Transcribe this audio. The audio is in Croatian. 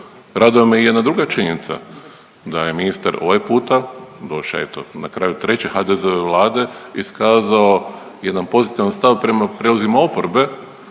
Raduje me i jedna druga činjenica, da je ministar ovaj puta došao eto na kraju treće HDZ-ove Vlade, iskazao jedan pozitivan stav prema prijedlozima oporbe